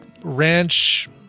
ranch